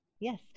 Yes